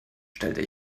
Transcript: stellte